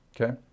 Okay